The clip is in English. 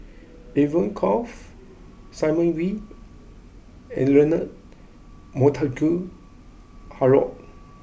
Evon Kow Simon Wee and Leonard Montague Harrod